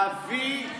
להביא,